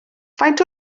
faint